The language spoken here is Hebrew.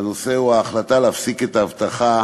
והנושא הוא: ההחלטה להפסיק את האבטחה